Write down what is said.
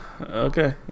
Okay